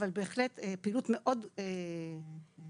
בהחלט פעילות מאוד ענפה.